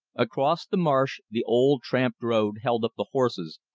across the marsh the old tramped road held up the horses,